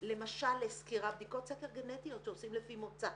למשל לבדיקות סקר גנטיות שעושים לפי מוצא.